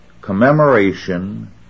commemoration